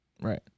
Right